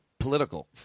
Political